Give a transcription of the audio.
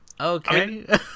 okay